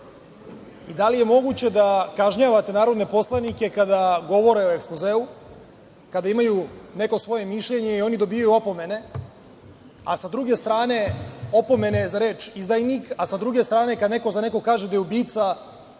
Da li je moguće da kažnjavate narodne poslanike kada govore o ekspozeu, kada imaju neko svoje mišljenje, i oni dobijaju opomene, a sa druge strane opomene za reč izdajnik, a sa druge strane kada neko za nekog kaže da je ubica vi ga